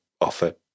offer